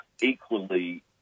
equally